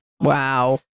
Wow